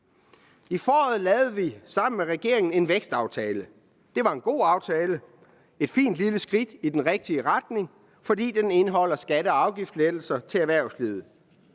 I foråret lavede vi sammen med regeringen en vækstaftale. Det var en god aftale, et fint lille skridt i den rigtige retning, fordi den indeholder skatte- og afgiftslettelser til erhvervslivet.